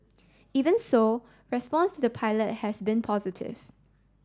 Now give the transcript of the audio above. even so response to the pilot has been positive